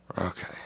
Okay